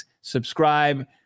Subscribe